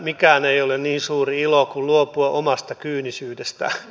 mikään ei ole niin suuri ilo kuin luopua omasta kyynisyydestään